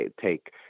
take